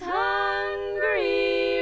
hungry